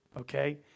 Okay